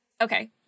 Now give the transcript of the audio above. okay